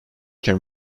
can